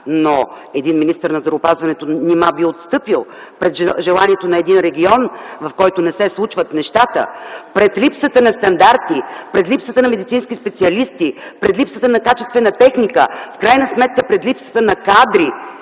един министър на здравеопазването би отстъпил пред желанието на един регион, в който не се случват нещата, пред липсата на стандарти, пред липсата на медицински специалисти, пред липсата на качествена техника и, в крайна сметка, пред липсата на кадри?